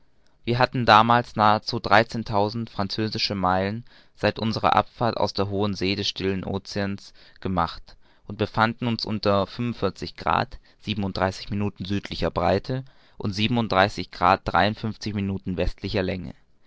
wir hatten damals nahezu dreizehntausend französische meilen seit unserer abfahrt aus der hohen see des stillen oceans gemacht und befanden uns unter grad minuten südlicher breite und minuten westlicher länge